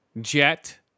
Jet